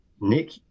Nick